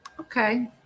Okay